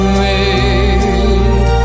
made